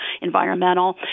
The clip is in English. environmental